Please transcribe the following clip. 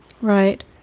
Right